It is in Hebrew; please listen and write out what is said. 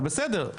אבל בסדר,